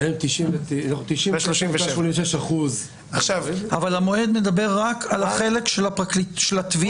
שהם 99%. אבל המועד מדבר רק על החלק של התביעה,